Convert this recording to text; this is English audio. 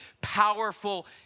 powerful